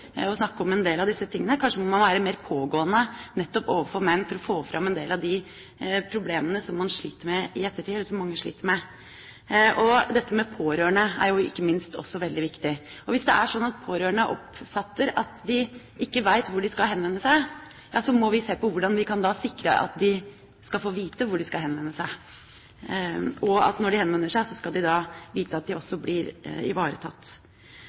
snakke om en del av disse tingene. Kanskje må man være mer pågående nettopp overfor menn for å få fram en del av de problemene som mange sliter med i ettertid. Dette med pårørende er jo ikke minst også veldig viktig. Hvis det er slik at pårørende oppfatter det slik at de ikke vet hvor de skal henvende seg, må vi se på hvordan vi da kan sikre at de skal få vite hvor de skal henvende seg, og at de, når de henvender seg, skal vite at de også blir ivaretatt.